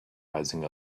rising